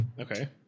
okay